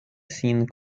sin